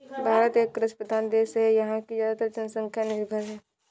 भारत एक कृषि प्रधान देश है यहाँ की ज़्यादातर जनसंख्या निर्भर है